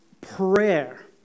prayer